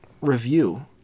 review